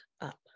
up